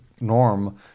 norm